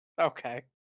Okay